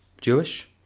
Jewish